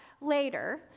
later